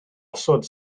osod